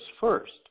first